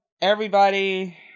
everybody-